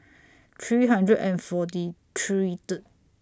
three hundred and forty three